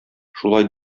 шулай